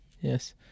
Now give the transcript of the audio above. yes